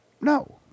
No